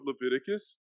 Leviticus